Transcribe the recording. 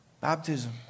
Baptism